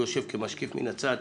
ויושב כמשקיף מן הצד.